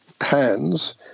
hands